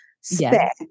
spare